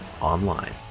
online